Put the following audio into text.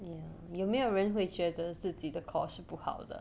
hmm 有没有人会觉得自己的 core 是不好的